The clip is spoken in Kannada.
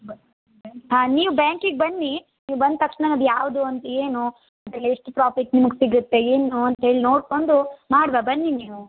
ಹಾಂ ನೀವು ಬ್ಯಾಂಕಿಗೆ ಬನ್ನಿ ನೀವು ಬಂದ ತಕ್ಷಣ ಅದು ಯಾವುದು ಅಂತ ಏನು ಎಷ್ಟು ಪ್ರಾಫಿಟ್ ನಿಮಗೆ ಸಿಗುತ್ತೆ ಏನು ಅಂತ ಹೇಳಿ ನೋಡಿಕೊಂಡು ಮಾಡುವ ಬನ್ನಿ ನೀವು